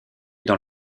dans